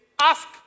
ask